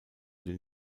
den